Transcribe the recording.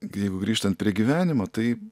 jeigu grįžtant prie gyvenimo tai